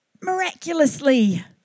miraculously